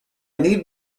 need